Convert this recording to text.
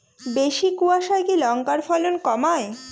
বেশি কোয়াশায় কি লঙ্কার ফলন কমায়?